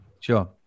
Sure